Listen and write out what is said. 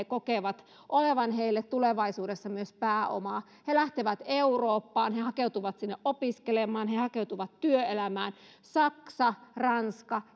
kokevat olevan heille tulevaisuudessa myös pääomaa he lähtevät eurooppaan he hakeutuvat sinne opiskelemaan he he hakeutuvat työelämään saksa ranska